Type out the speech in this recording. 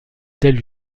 telle